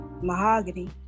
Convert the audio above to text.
mahogany